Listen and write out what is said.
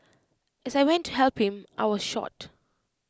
as I went to help him I was shot